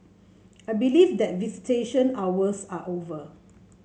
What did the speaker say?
I believe that visitation hours are over